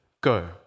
go